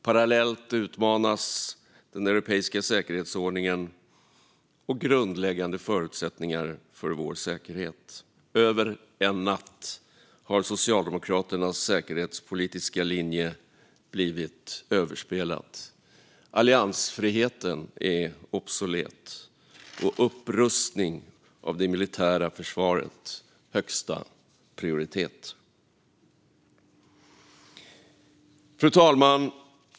Parallellt utmanas den europeiska säkerhetsordningen och grundläggande förutsättningar för vår säkerhet. Över en natt har Socialdemokraternas säkerhetspolitiska linje blivit överspelad. Alliansfriheten är obsolet, och upprustning av det militära försvaret har högsta prioritet. Fru talman!